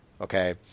Okay